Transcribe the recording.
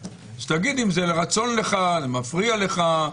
תגיד האם זה לרצון לך, האם זה מפריע לך.